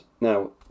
Now